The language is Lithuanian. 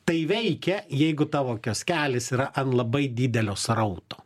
tai veikia jeigu tavo kioskelis yra ant labai didelio srauto